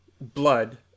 Blood